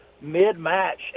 mid-match